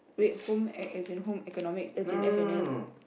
wait home ec as in home economics as in F-and-N